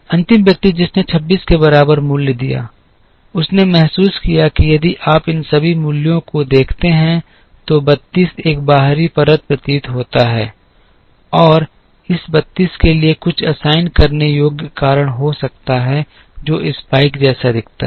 अंतिम व्यक्ति जिसने 26 के बराबर मूल्य दिया उसने महसूस किया कि यदि आप इन सभी मूल्यों को देखते हैं तो 32 एक बाहरी परत प्रतीत होता है और इस 32 के लिए कुछ असाइन करने योग्य कारण हो सकता है जो स्पाइक जैसा दिखता है